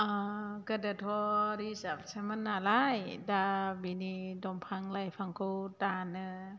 गोदोथ' रिजाबसोमोन नालाय दा बिनि दंफां लाइफांखौ दानो